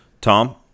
Tom